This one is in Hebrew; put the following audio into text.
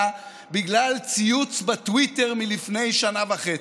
בגלל ציוץ בטוויטר מלפני שנה וחצי.